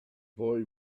boy